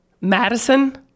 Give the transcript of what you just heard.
Madison